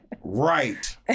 Right